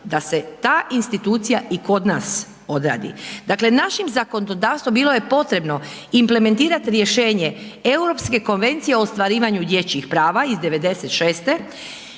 da se ta institucija i kod nas odradi. Dakle, našim zakonodavstvom bilo je potrebno implementirati rješenje Europske konvencije o ostvarivanju dječjih prava iz '96.